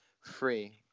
free